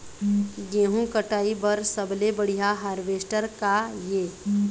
गेहूं कटाई बर सबले बढ़िया हारवेस्टर का ये?